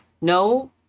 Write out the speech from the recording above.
No